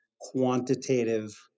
quantitative